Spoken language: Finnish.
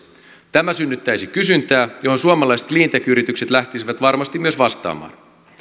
tämä synnyttäisi kysyntää johon suomalaiset cleantech yritykset lähtisivät varmasti myös vastaamaan